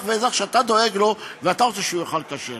ואזרח שאתה דואג לו ואתה רוצה שהוא יאכל כשר,